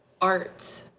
art